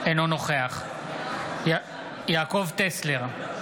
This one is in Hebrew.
אינו נוכח יעקב טסלר,